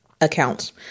accounts